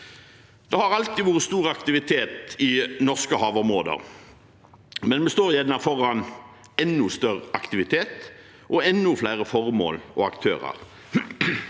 Det har alltid vært stor aktivitet i norske havområder, men nå står vi foran enda større aktivitet og enda flere formål og aktører.